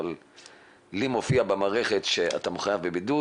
אבל אצלי במערכת מופיע שאתה מחויב בבידוד,